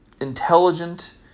intelligent